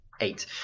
Eight